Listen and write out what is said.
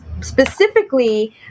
specifically